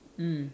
mm